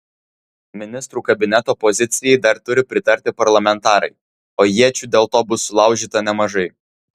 ministrų kabineto pozicijai dar turi pritarti parlamentarai o iečių dėl to bus sulaužyta nemažai